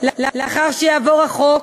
לאחר שיעבור החוק